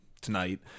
tonight